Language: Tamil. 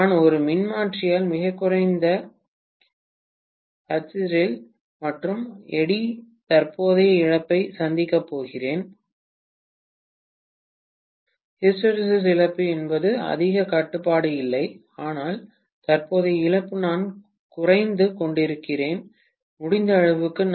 நான் ஒரு மின்மாற்றியில் மிகக் குறைந்த ஹிஸ்டெரெசிஸ் மற்றும் எடி தற்போதைய இழப்பை சந்திக்கப் போகிறேன் ஹிஸ்டெரெசிஸ் இழப்பு எனக்கு அதிக கட்டுப்பாடு இல்லை ஆனால் தற்போதைய இழப்பு நான் குறைந்து கொண்டிருக்கிறேன் முடிந்த அளவுக்கு